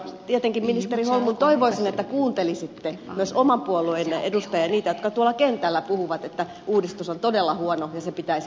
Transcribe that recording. tietenkin ministeri holmlund toivoisin että kuuntelisitte myös oman puolueenne edustajia niitä jotka tuolla kentällä puhuvat että uudistus on todella huono ja se pitäisi pistää jäihin